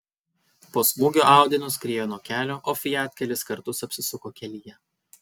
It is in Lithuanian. po smūgio audi nuskriejo nuo kelio o fiat kelis kartus apsisuko kelyje